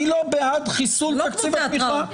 אני לא בעד חיסול תקציב התמיכה.